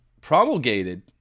promulgated